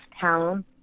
town